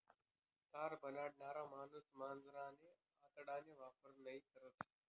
तार बनाडणारा माणूस मांजरना आतडाना वापर नयी करस